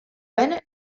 bene